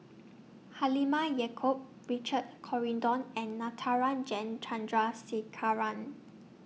Halimah Yacob Richard Corridon and Natarajan Chandrasekaran